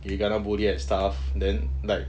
if you kena bully and stuff then like